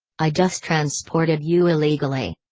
i just transported you illegally.